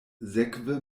sekve